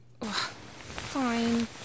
Fine